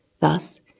Thus